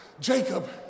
Jacob